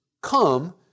come